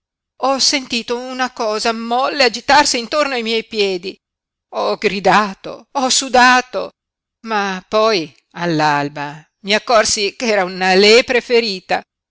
ho sentito una cosa molle agitarsi intorno ai miei piedi ho gridato ho sudato ma poi all'alba mi accorsi che era una lepre ferita